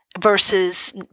versus